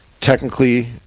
technically